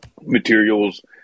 materials